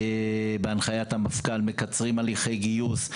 בהנחיית המפכ"ל מקצרים הליכי גיוס,